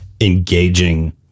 engaging